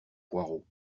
poireaux